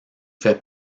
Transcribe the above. fait